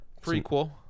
prequel